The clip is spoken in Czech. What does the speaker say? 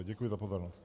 Děkuji za pozornost.